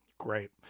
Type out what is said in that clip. Great